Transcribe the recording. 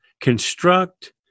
construct